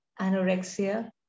anorexia